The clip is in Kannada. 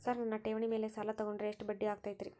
ಸರ್ ನನ್ನ ಠೇವಣಿ ಮೇಲೆ ಸಾಲ ತಗೊಂಡ್ರೆ ಎಷ್ಟು ಬಡ್ಡಿ ಆಗತೈತ್ರಿ?